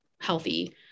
healthy